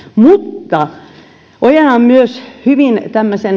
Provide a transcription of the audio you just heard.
mutta ojennan myös hyvin